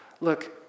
Look